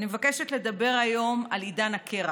אני מבקשת לדבר היום על עידן הקרח.